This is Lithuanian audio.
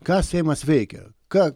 ką seimas veikia ką